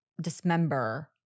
dismember